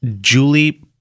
Julie